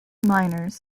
miners